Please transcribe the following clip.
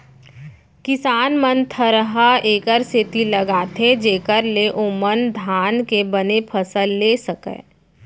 किसान मन थरहा एकर सेती लगाथें जेकर ले ओमन धान के बने फसल लेय सकयँ